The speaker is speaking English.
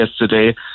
yesterday